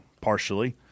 partially